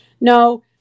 no